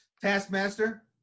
Taskmaster